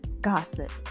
gossip